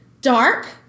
Dark